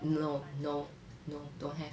no no no don't have